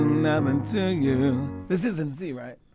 nothing to you this is in c, right?